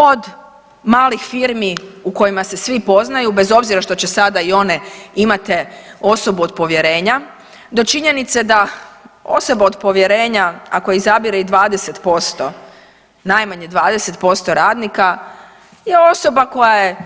Od malih firmi u kojima se svi poznaju bez obzira što će sada i one imati osobu od povjerenja do činjenice da osoba od povjerenja ako je izabire i 20%, najmanje 20% radnika je osoba koja je